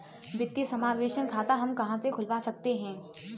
वित्तीय समावेशन खाता हम कहां से खुलवा सकते हैं?